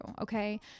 Okay